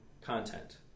content